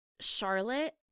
Charlotte